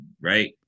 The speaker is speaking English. right